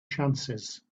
chances